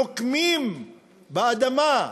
נוקמים באדמה,